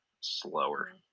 slower